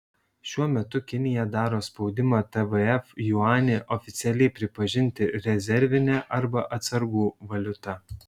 šiuo metu kinija daro spaudimą tvf juanį oficialiai pripažinti rezervine arba atsargų valiuta